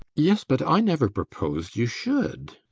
yes, but i never proposed you should.